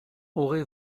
aurez